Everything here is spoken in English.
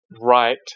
right